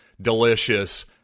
delicious